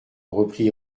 reprit